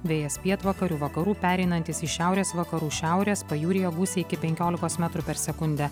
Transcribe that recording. vėjas pietvakarių vakarų pereinantis į šiaurės vakarų šiaurės pajūryje gūsiai iki penkiolikos metrų per sekundę